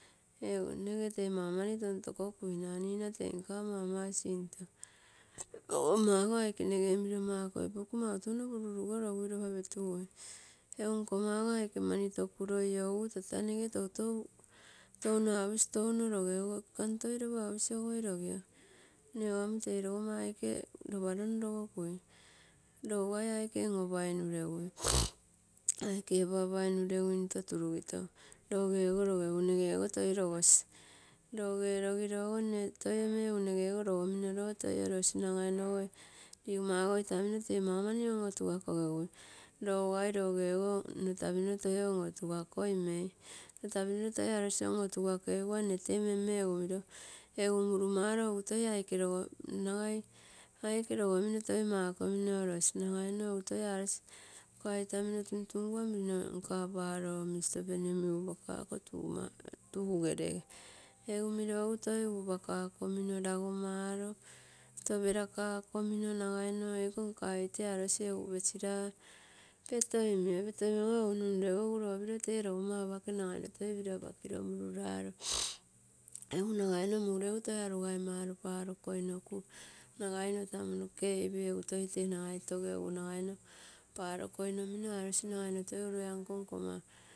Ego nege tee maumani tontokokuina, nne nina tei nka mama sinto, pogomma ogo aike nege miro makoipaku mau touno pururugologui lopa petugui. Egu nkomma ogo aike mani tokuro iougu tata nege toutou, touno aposi touno loge, nkam toi lopa aposi ogoi logio nnego amm tei logomma aike lopa lonlogokui. Lougai aike on-opainregui, aike opaupa inureguinito turugito loge ogo logegu nege ogo toi logo si, loge logilogo nne toi omei, egu nege ogo logomino lo toi orosi, nagaino ogo ligaogo itamino tee mau mani on-otugakogekui. Lougai logeogo nno tapinoro toi on-otugakoimei, nno tapinoro toi arose on-orugakeigua tee menme, egu miro, egu murumaro toi aike logomiro nagai toi aike logomino makomino orosi nagaino toi arose nka itamino tuntungua miro nka paro omi sosopemi upaka ko tuu, tumanuge, egu toi miro upa kako mino ragumalo nagai toperakakomino, egu nagaino eko nkaite arose pesira, egu petoimio, petoimio, petoimira, egu io piro tee logamma aike apake nagai egu toi arugai malo paiogoinoku uro tamugii noke oipei, egu nagai, nagaino toi tee togeugu toi parokoinominoarosi ura nagaino iankoo.